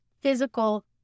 physical